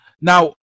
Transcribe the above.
Now